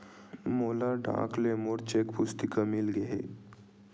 मोला डाक ले मोर चेक पुस्तिका मिल गे हे